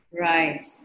Right